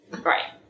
Right